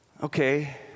Okay